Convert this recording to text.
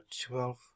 twelve